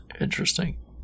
interesting